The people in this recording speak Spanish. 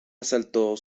asaltó